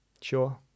Sure